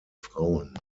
frauen